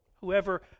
whoever